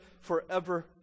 forever